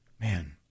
Man